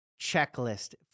checklist